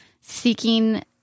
seeking